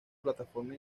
plataforma